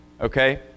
Okay